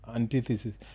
antithesis